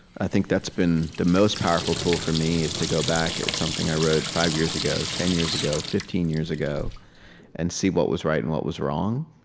i think that's been the most powerful tool for me is to go back to and something i wrote five years ago, ten years ago, fifteen years ago and see what was right and what was wrong.